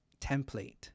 template